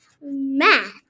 Math